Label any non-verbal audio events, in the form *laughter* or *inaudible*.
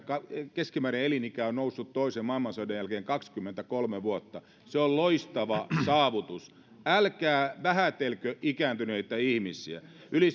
keskimääräinen elinikä on noussut toisen maailmansodan jälkeen kaksikymmentäkolme vuotta se on loistava saavutus älkää vähätelkö ikääntyneitä ihmisiä yli *unintelligible*